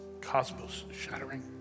cosmos-shattering